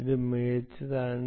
ഇത് മികച്ചതാണ്